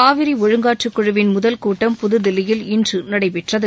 காவிரி ஒழுங்காற்று குழுவின் முதல் கூட்டம் புதுதில்லியில் இன்று நடைபெற்றது